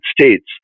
States